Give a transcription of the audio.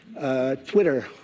Twitter